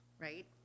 right